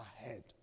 ahead